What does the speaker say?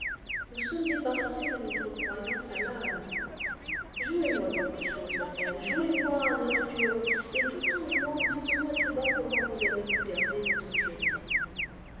nous sommes débarrassés de notre croyance à l'âme jouez moi quelque chose dorian jouez moi un nocturne et tout en jouant dites-moi tout bas comment vous avez pu garder votre jeunesse